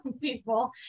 people